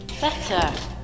Better